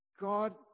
God